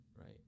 right